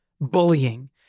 bullying